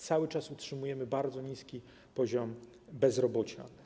Cały czas utrzymujemy bardzo niski poziom bezrobocia.